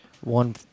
One